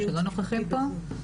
שלא נוכחים פה.